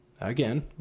Again